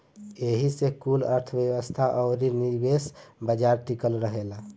एही से कुल अर्थ्व्यवस्था अउरी निवेश बाजार टिकल रहेला